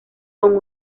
con